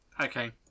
Okay